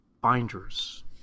binders